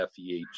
FEH